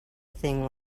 thing